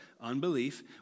Unbelief